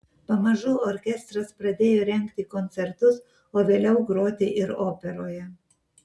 pamažu orkestras pradėjo rengti koncertus o vėliau groti ir operoje